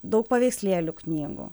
daug paveikslėlių knygų